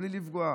בלי לפגוע.